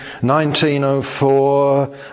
1904